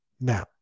Now